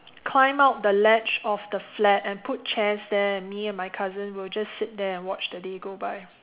climb out the ledge of the flat and put chairs there and me and my cousin will just sit there and watch the day go by